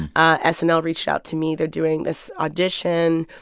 ah snl reached out to me. they're doing this audition.